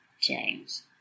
James